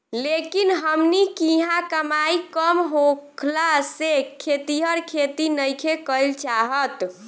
लेकिन हमनी किहाँ कमाई कम होखला से खेतिहर खेती नइखे कईल चाहत